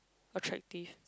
attractive